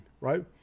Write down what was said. right